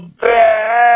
bad